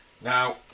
Now